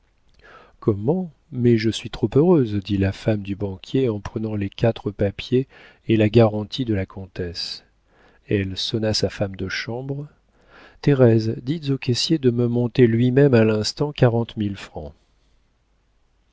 comment mais je suis trop heureuse dit la femme du banquier en prenant les quatre papiers et la garantie de la comtesse elle sonna sa femme de chambre thérèse dites au caissier de me monter lui-même à l'instant quarante mille francs